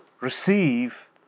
Receive